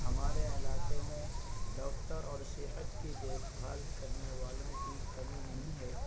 ہمارے علاقے میں ڈاکٹر اور صحت کی دیکھ بھال کرنے والوں کی کمی نہیں ہے